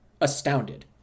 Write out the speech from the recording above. Astounded